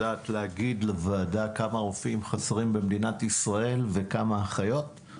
יודעת להגיד לוועדה כמה רופאים חסרים במדינת ישראל וכמה אחיות?